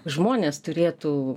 žmonės turėtų